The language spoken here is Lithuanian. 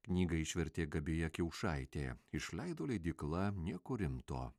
knygą išvertė gabija kiaušaitė išleido leidykla nieko rimto